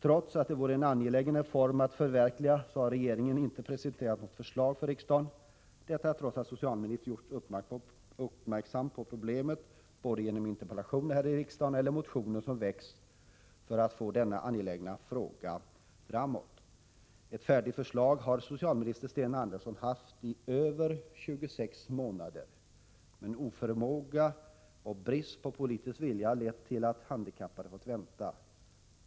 Trots att det vore en angelägen reform att förverkliga, har regeringen ännu inte presenterat något förslag för riksdagen — trots att man gjort socialministern uppmärksam på problemet både i interpellationer och i motioner i syfte att få utvecklingen i denna angelägna fråga att gå framåt. Ett färdigt förslag har socialminister Sten Andersson haft i över 26 månader. Men oförmåga och brist på politisk vilja har lett till att handikappade fått vänta.